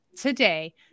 today